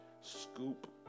scoop